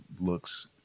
looks